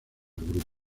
grupo